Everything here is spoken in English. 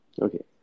Okay